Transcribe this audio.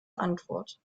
antwort